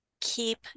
keep